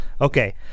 Okay